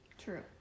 true